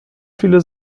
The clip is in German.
viele